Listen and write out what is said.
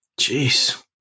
Jeez